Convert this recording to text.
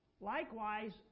Likewise